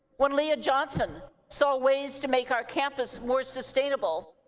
when leah johnson saw ways to make our campus more sustainable,